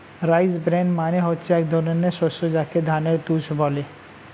rice bran মানে হচ্ছে এক ধরনের শস্য যাকে ধানের তুষ বলে